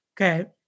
Okay